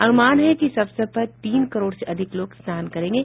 अनुमान है कि इस अवसर पर तीन करोड़ से अधिक लोग स्नान करेंगे